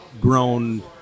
grown